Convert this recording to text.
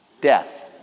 Death